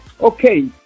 Okay